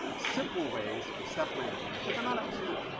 simple ways of separating things. but they're not absolute.